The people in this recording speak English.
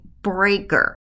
breaker